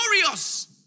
glorious